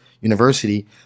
university